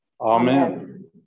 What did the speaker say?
Amen